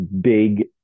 big